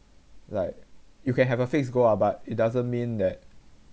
like you can have a fixed goal ah but it doesn't mean that